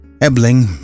Ebling